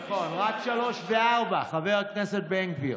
נכון, רק 3 ו-4, חבר הכנסת בן גביר.